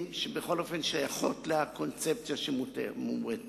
שבכל אופן שייכות לקונספציה שאומרים פה.